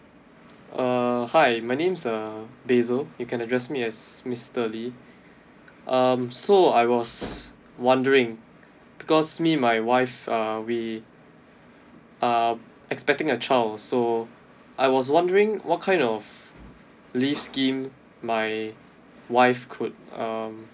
uh hi my name's uh bazel you can address me as mister lee um so I was wondering because me my wife uh we um expecting a child so I was wondering what kind of leave scheme my wife could um